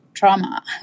Trauma